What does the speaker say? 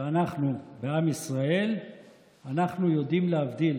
שאנחנו בעם ישראל יודעים להבדיל.